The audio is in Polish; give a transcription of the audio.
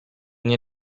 nie